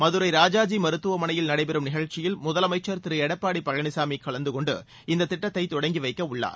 மதுரை ராஜாஜி மருத்துவமனையில் நடைபெறும் நிகழ்ச்சியில் முதலமைச்சர் திரு எடப்பாடி பழனிச்சாமி கலந்து கொண்டு இந்த திட்டத்தை தொடங்கி வைக்கவுள்ளார்